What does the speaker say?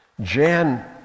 Jan